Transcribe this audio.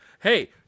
hey